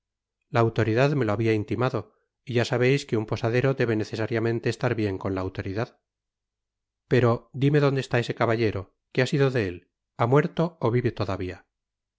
la autoridad me lo habia intimado y ya sabéis que un posadero debe necesariamente estar bien con la autoridad pero dime donde está ese caballero qué ha sido de él ha muerto ó vive todavia